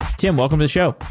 tim, welcome to the show.